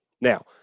Now